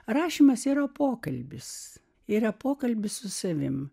rašymas yra pokalbis yra pokalbis su savimi